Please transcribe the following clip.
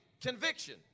conviction